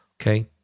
Okay